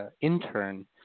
intern